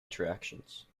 interactions